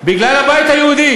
בגלל הבית היהודי